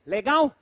Legal